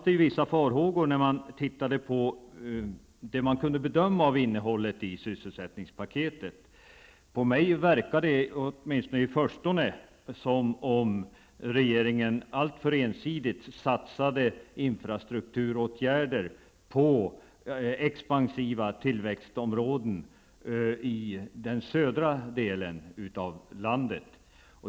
Det man kunde bedöma av innehållet i sysselsättningspaketet gav annars upphov till vissa farhågor. På mig verkade det åtminstone i förstone som om regeringen alltför ensidigt satsade infrastrukturåtgärder på expansiva tillväxtområden i den södra delen av landet.